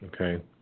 okay